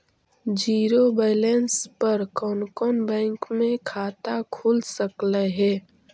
Zero balance पर कोन कोन बैंक में खाता खुल सकले हे?